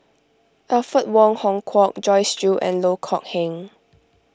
Alfred Wong Hong Kwok Joyce Jue and Loh Kok Heng